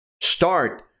start